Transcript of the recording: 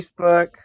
Facebook